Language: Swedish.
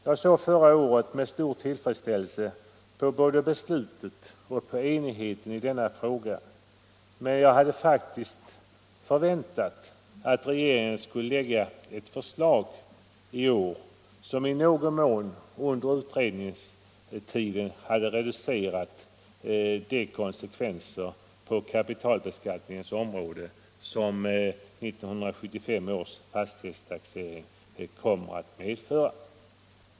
Jag såg förra året med stor tillfredsställelse på både beslutet och enigheten i denna fråga, men jag hade faktiskt förväntat att regeringen i år skulle lägga ett förslag som i någon mån under utredningstiden hade reducerat de konsekvenser på kapitalbeskattningens område som 1975 års fastighetstaxering kommer att medföra.